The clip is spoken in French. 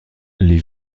les